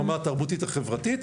ברמה התרבותית החברתית,